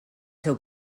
seu